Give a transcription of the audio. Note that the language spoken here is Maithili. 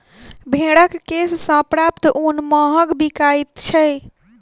भेंड़क केश सॅ प्राप्त ऊन महग बिकाइत छै